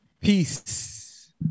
Peace